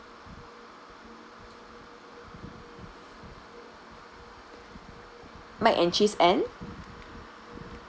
mac and cheese and